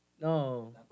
No